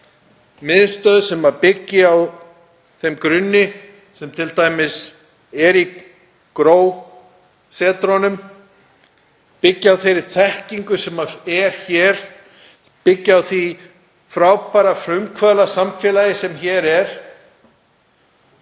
miðstöð sem byggi á þeim grunni sem t.d. er í GRÓ-setrunum, byggi á þeirri þekkingu sem hér er, byggi á því frábæra frumkvöðlasamfélagi sem hér er.